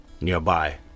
nearby